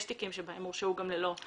יש מקרים בהם הורשעו גם ללא ראיית סם.